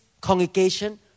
congregation